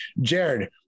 Jared